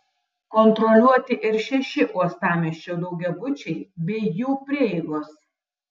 kontroliuoti ir šeši uostamiesčio daugiabučiai bei jų prieigos